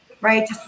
right